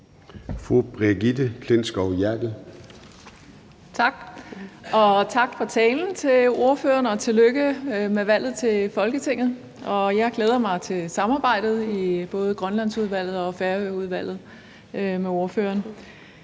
Brigitte Klintskov Jerkel (KF): Tak. Tak for talen til ordføreren, og tillykke med valget til Folketinget. Jeg glæder mig til samarbejdet med ordføreren i både Grønlandsudvalget og Færøudvalget. Som jeg